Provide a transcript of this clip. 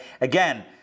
Again